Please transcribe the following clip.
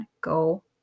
go